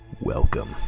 Welcome